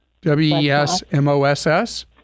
W-E-S-M-O-S-S